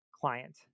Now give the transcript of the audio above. client